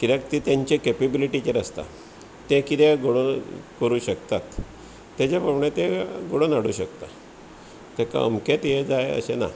कित्याक तें तेंच्या केपेबलिटीचेर आसता ते कितें घडो करुंक शकतात तेंज्यात वांगडा ते घडोन हाडूंक शकतात तेका अमकेत ये जाय अशें ना